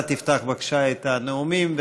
אתה תפתח את הנאומים,